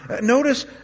notice